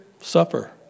suffer